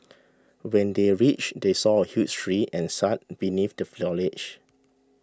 when they reached they saw a huge tree and sat beneath the foliage